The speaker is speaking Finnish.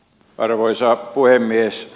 arvoisa puhemies